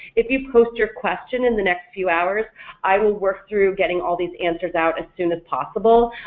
if you post your question in the next few hours i will work through getting all these answers out as soon as possible,